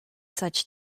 such